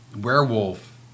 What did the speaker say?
werewolf